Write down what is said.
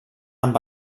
amb